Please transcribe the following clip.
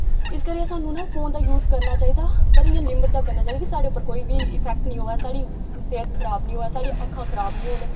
इस करियै साह्नू फोन दा यूज करना चाही दा पर इयां लिमट दा करना चाही दा कि साढ़े पर कोई बी इफैक्ट नी होऐ साढ़ी सेह्त खराब नी होऐ साढ़ी अक्खां खराब नी होन